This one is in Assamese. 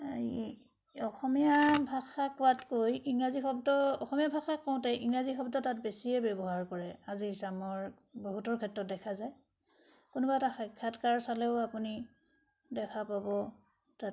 অসমীয়া ভাষা কোৱাতকৈ ইংৰাজী শব্দ অসমীয়া ভাষা কওঁতে ইংৰাজী শব্দ তাত বেছিয়ে ব্যৱহাৰ কৰে আজিৰ চামৰ বহুতৰ ক্ষেত্ৰত দেখা যায় কোনোবা এটা সাক্ষাৎকাৰ চালেও আপুনি দেখা পাব তাত